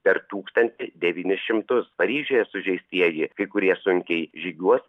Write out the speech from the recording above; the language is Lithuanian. per tūkstantis devynis šimtus paryžiuje sužeistieji kai kurie sunkiai žygiuos